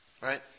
Right